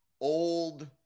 old